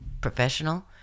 professional